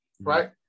right